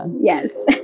yes